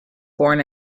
born